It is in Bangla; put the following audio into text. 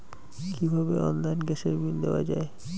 কিভাবে অনলাইনে গ্যাসের বিল দেওয়া যায়?